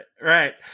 right